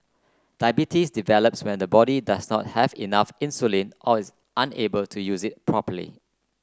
diabetes develops when the body does not have enough insulin or is unable to use it properly